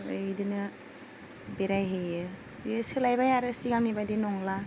ओमफ्राय बिदिनो बेरायहैयो बे सोलायबाय आरो सिगांनि बायदि नंला